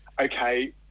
okay